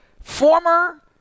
former